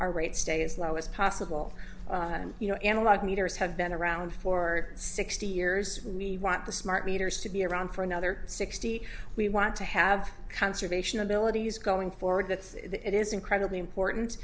our rates stay as low as possible you know analog meters have been around for sixty years we want the smart meters to be around for another sixty we want to have conservation abilities going forward that it is incredibly important